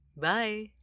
Bye